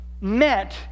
met